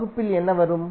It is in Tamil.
வகுப்பில் என்ன வரும்